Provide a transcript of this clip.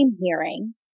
hearing